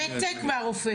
קדימה יעקב,